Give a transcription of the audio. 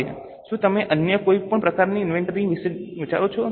શું તમે અન્ય કોઈપણ પ્રકારની ઈન્વેન્ટરી વિશે વિચારો છો